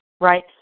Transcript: Right